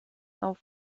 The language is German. auf